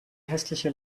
hässliche